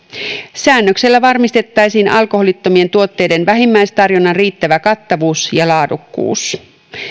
säännöksellä varmistettaisiin alkoholittomien tuotteiden vähimmäistarjonnan riittävä kattavuus ja laadukkuus